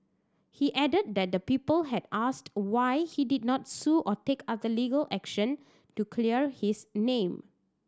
he added that the people had asked why he did not sue or take other legal action to clear his name